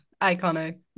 iconic